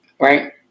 Right